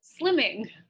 slimming